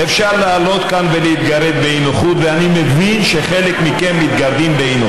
עם יד על הדופק, כי זאת ההתחלה.